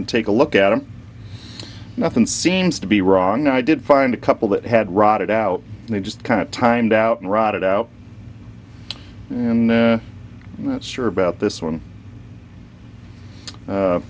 and take a look at him nothing seems to be wrong i did find a couple that had rotted out and they just kind of timed out and rotted out and that's sure about this one